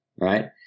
right